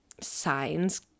signs